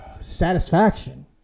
satisfaction